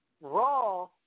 Raw